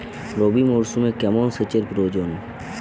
রবি মরশুমে কেমন সেচের প্রয়োজন?